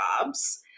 jobs